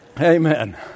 Amen